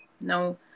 No